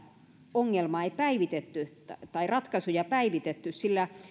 ongelmaa ei päivitetty tai ratkaisuja päivitetty sillä